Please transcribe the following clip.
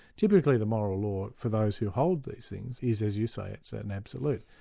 typically the moral law for those who hold these things, is as you say, it's an absolute.